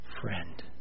friend